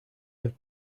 have